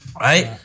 Right